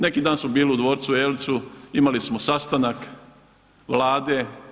Neki dan smo bili u dvorcu Eltzu, imali smo sastanak Vlade.